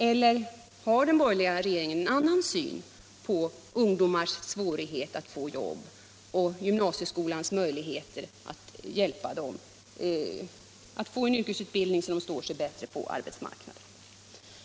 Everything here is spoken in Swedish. Eller har den borgerliga regeringen en annan syn på ungdomars svårighet att få jobb och på gymnasieskolans möjligheter att hjälpa dem att få en yrkesutbildning, så att de kan hävda sig bättre på arbetsmarknaden?